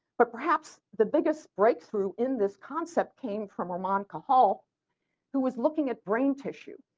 but perhaps the biggest break through in this concept came from ah monica hall who was looking at brain tissue.